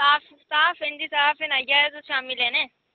साफ साफ भैंजी साफ आई आएओ शामीं तुस लैने